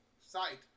site